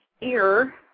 ear